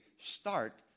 start